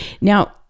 Now